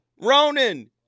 Ronan